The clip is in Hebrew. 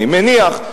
אני מניח,